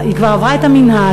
היא כבר עברה את המינהל,